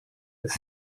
est